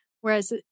whereas